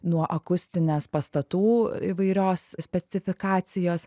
nuo akustinės pastatų įvairios specifikacijos